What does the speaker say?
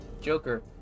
Joker